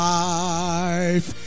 life